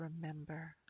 remember